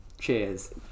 Cheers